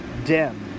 Dim